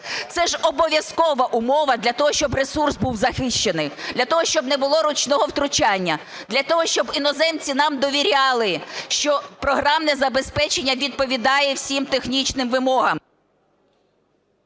Це ж обов'язкова умова для того, щоб ресурс був захищений, для того, щоб не було ручного втручання, для того, щоб іноземці нам довіряли, що програмне забезпечення відповідає всім технічним вимогам.